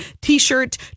t-shirt